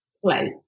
float